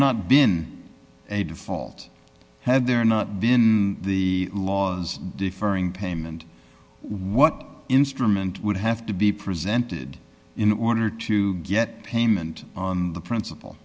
not been a default had there not been the law's deferring payment what instrument would have to be presented in order to get payment on the princip